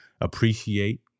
appreciate